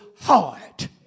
heart